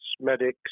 medics